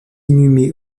inhumée